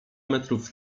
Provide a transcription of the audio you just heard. metrów